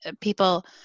people